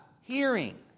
hearing